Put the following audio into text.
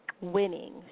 winning